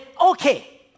okay